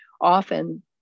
Often